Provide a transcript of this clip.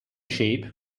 shape